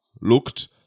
looked